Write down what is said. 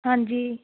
ਹਾਂਜੀ